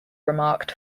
remarked